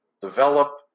develop